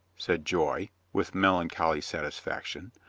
said joy, with melancholy satisfaction.